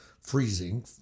freezing